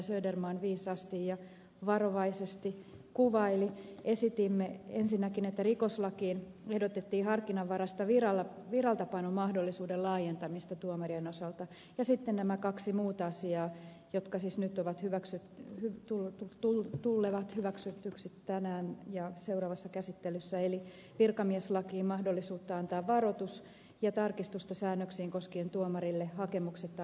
söderman viisaasti ja varovaisesti kuvaili esitimme ensinnäkin rikoslakiin harkinnanvaraisen viraltapanomahdollisuuden laajentamista tuomarien osalta ja sitten näitä kahta muuta asiaa jotka siis nyt tullevat hyväksytyiksi tänään ja seuraavassa käsittelyssä eli virkamieslakiin mahdollisuutta antaa varoitus ja tarkistusta säännöksiin koskien tuomarille hakemuksetta annettavaa eroa